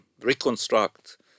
reconstruct